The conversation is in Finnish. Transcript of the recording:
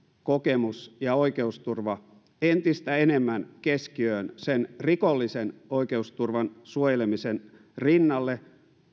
kokemus ja oikeusturva entistä enemmän keskiöön sen rikollisen oikeusturvan suojelemisen rinnalle